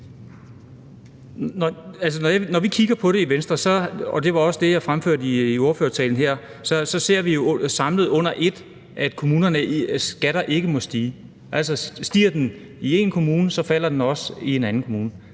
Når vi kigger på det i Venstre, og det var også det, jeg fremførte i ordførertalen, så ser vi jo samlet under et, at kommunernes skatter ikke må stige. Stiger den i en kommune, så falder den også i en anden kommune.